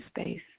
space